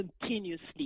continuously